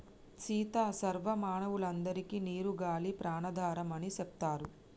సీత సర్వ మానవులందరికే నీరు గాలి ప్రాణాధారం అని సెప్తారు